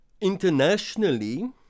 Internationally